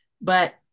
But-